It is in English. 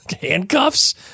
handcuffs